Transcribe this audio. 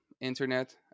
internet